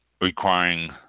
requiring